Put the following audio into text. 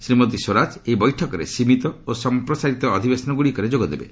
ଶ୍ରୀମତୀ ସ୍ୱରାଜ ଏହି ବୈଠକର ସୀମିତ ଓ ସମ୍ପ୍ରସାରିତ ଅଧିବେଶନ ଗୁଡ଼ିକରେ ଯୋଗଦେବେ